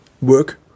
work